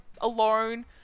alone